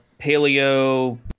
Paleo